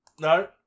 No